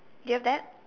do you have that